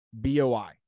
B-O-I